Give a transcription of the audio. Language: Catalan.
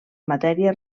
matèria